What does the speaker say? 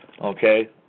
Okay